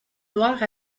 noire